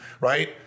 right